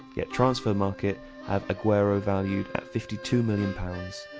yet transfer market have aguero valued at fifty two million pounds,